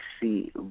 see